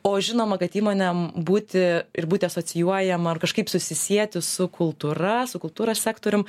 o žinoma kad įmonėm būti ir būti asocijuojama ar kažkaip susisieti su kultūra su kultūros sektorium